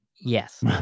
Yes